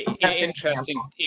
Interesting